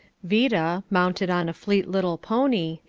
vida, mounted on a fleet little pony,